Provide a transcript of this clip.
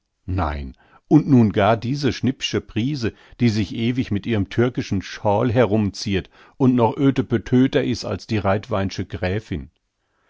nein und nun gar diese schnippsche prise die sich ewig mit ihrem türkischen shawl herumziert und noch ötepotöter is als die reitweinsche gräfin